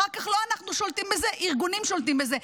אחר כך: לא אנחנו שולטים בזה, ארגונים שולטים בזה.